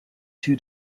two